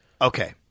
Okay